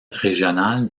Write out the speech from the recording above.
régional